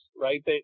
right